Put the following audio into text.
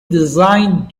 designed